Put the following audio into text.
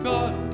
God